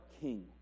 King